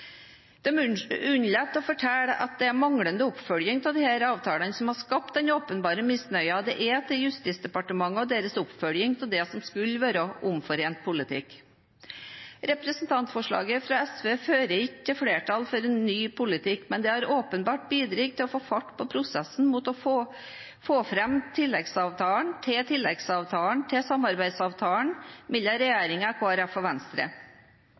unnlater å fortelle at det er manglende oppfølging av disse avtalene som har skapt den åpenbare misnøyen det er til Justisdepartementet og deres oppfølging av det som skulle være omforent politikk. Representantforslaget fra SV fører ikke til flertall for en ny politikk, men det har åpenbart bidratt til å få fart på prosessen mot å få fram tilleggsavtalen til tilleggsavtalen til samarbeidsavtalen mellom regjeringen, Kristelig Folkeparti og Venstre.